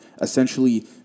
essentially